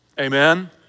Amen